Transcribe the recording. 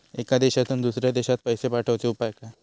एका देशातून दुसऱ्या देशात पैसे पाठवचे उपाय काय?